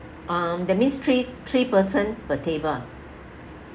um that means three three person per table